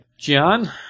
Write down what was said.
john